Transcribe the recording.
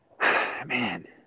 man